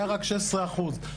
היה רק 16 אחוז.